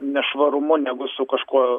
nešvarumu negu su kažkuo